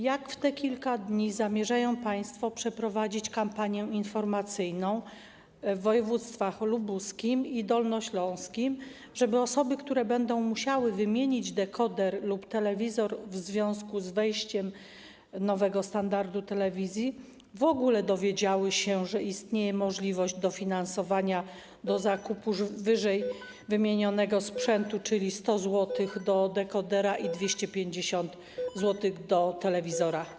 Jak w ciągu tych kilku dni zamierzają państwo przeprowadzić kampanię informacyjną w województwach lubuskim i dolnośląskim, żeby osoby, które będą musiały wymienić dekoder lub telewizor w związku z wejściem nowego standardu nadawania telewizji, w ogóle dowiedziały się, że istnieje możliwość dofinansowania zakupu ww. sprzętu, czyli 100 zł do dekodera i 250 zł do telewizora?